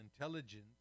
intelligence